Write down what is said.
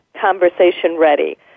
conversation-ready